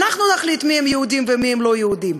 אנחנו נחליט מיהם יהודים ומיהם לא יהודים.